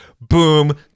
Boom